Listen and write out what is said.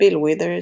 ביל ויתרס,